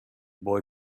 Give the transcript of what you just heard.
boy